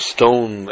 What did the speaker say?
Stone